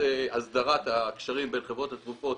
בנושא הסדרת הקשרים בין חברות התרופות